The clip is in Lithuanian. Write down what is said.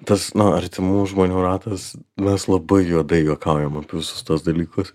tas nu artimų žmonių ratas mes labai juodai juokaujam apie visus tuos dalykus